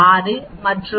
6 மற்றும் s 1